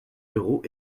d’euros